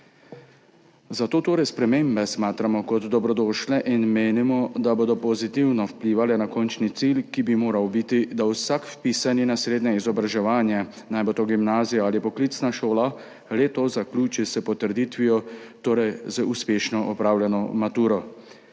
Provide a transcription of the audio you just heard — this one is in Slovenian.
Zato torej spremembe smatramo kot dobrodošle in menimo, da bodo pozitivno vplivale na končni cilj, ki bi moral biti, da vsak vpisani v srednje izobraževanje, naj bo to gimnazija ali poklicna šola, le-to zaključi s potrditvijo, torej z uspešno opravljeno maturo.